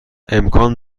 امکان